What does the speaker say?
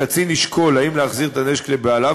הקצין ישקול אם להחזיר את הנשק לבעליו